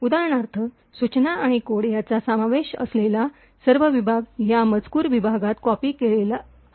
उदाहरणार्थ सूचना आणि कोड यांचा समावेश असलेला सर्व विभाग या मजकूर विभागात कॉपी केला गेला आहे